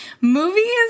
movies